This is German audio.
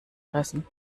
fressen